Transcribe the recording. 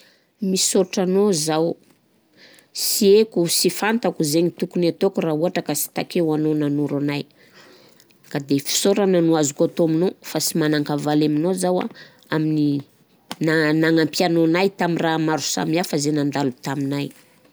Misaotra anao zaho, sy haiko, sy fantako zay ny tokony ataoko raha ohatra ka sy takeo anao nanoro anahy. Ka de fisaoragna no azoko atao aminao fa sy manan-kavaly aminao zaho a amin'ny na- nagnampianao anahy tamy raha maro samihafa izay nandalo taminay.